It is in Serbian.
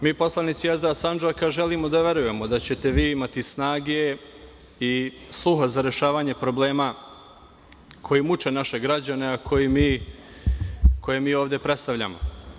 Mi poslanici SDA Sandžaka želimo da verujemo da ćete vi imate snage i sluha za rešavanje problema koji muče naše građane, a koje mi ovde predstavljamo.